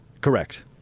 correct